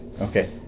Okay